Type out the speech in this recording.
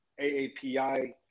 AAPI